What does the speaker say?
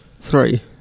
Three